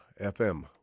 FM